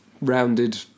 rounded